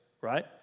right